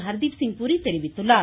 ஹர்தீப்சிங் பூரி தெரிவித்துள்ளார்